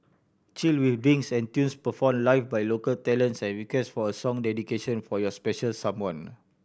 chill with drinks and tunes performed live by local talents and request for a song dedication for your special someone